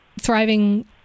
thriving